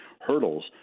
hurdles